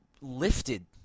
lifted